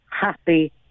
happy